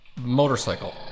Motorcycle